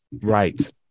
Right